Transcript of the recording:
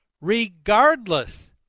Regardless